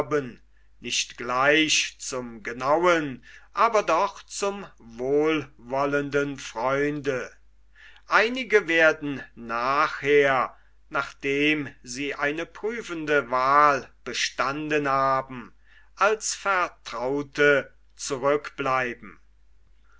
nicht gleich zum genauen aber doch zum wohlwollenden freunde einige werden nachher nachdem sie eine prüfende wahl bestanden haben als vertraute zurückbleiben